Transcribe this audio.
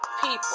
people